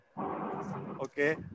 Okay